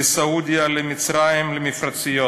לסעודיה, למצרים, למִפרציות,